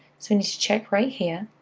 so and you know check right here.